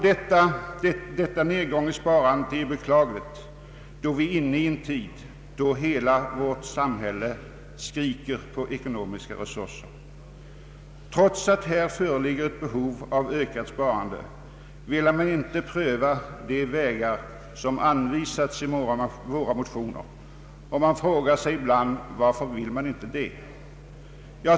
Denna nedgång i sparandet är beklaglig, då vi är inne i en tid när hela vårt samhälle skriker efter ekonomiska resurser. Trots att här föreligger ett behov av ökat sparande vill majoriteten inte pröva de vägar som anvisats i våra motioner. Man frågar sig ibland varför den inte vill göra det.